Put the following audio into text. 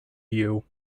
you